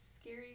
scary